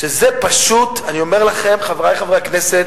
שזה פשוט, אני אומר לכם, חברי חברי הכנסת,